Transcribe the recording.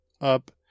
up